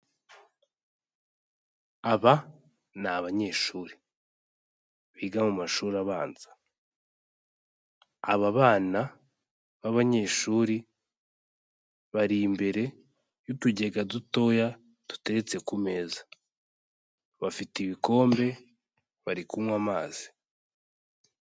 Aba ni abanyeshuri, biga mu mashuri abanza, aba bana b'abanyeshuri bari imbere y'utugega dutoya duteretse ku meza, bafite ibikombe bari kunywa amazi.